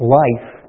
life